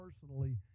personally